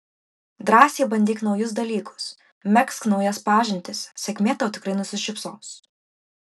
drąsiai bandyk naujus dalykus megzk naujas pažintis sėkmė tau tikrai nusišypsos